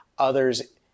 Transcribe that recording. others